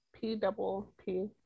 P-double-P